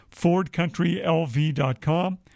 FordCountryLV.com